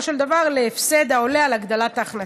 של דבר להפסד העולה על הגדלת ההכנסה.